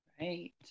Right